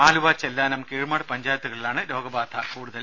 ആലുവ ചെല്ലാനം കീഴുമാട് പഞ്ചായത്തുകളിലാണ് രോഗബാധ കൂടുതൽ